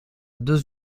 deux